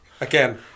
Again